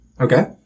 Okay